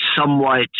somewhat